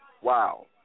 Wow